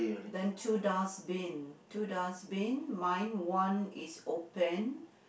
then two dustbin two dustbin mine one is open